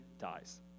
dies